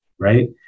right